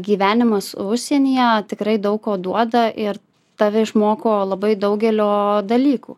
gyvenimas užsienyje tikrai daug ko duoda ir tave išmoko labai daugelio dalykų